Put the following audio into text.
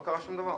לא קרה שום דבר.